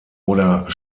oder